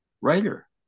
writer